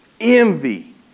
Envy